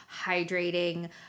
hydrating